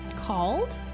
Called